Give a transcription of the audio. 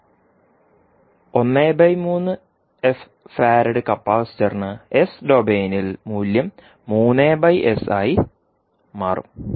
13 F farad കപ്പാസിറ്ററിന് S ഡൊമെയ്നിൽ മൂല്യം ആയി മാറും